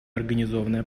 организованная